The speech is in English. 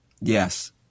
Yes